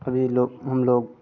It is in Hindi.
अभी लोग हम लोग